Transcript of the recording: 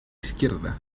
izquierda